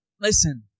Listen